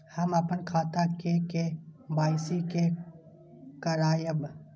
हम अपन खाता के के.वाई.सी के करायब?